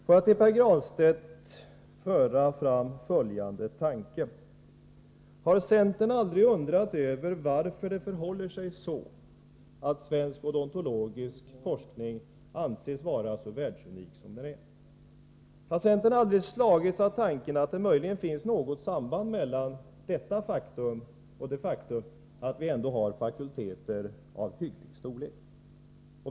Till Pär Granstedt vill jag föra fram följande tanke: Har centern aldrig undrat över varför det förhåller sig så att svensk odontologisk forskning anses vara så världsunik som den är? Har centern aldrig slagits av tanken att det möjligen finns något samband mellan detta faktum och det faktum att vi ändå har fakulteter av hygglig storlek?